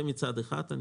זה מצד אחד.